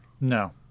No